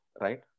right